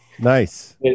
Nice